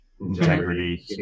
integrity